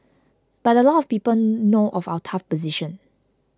but a lot of people know of our tough position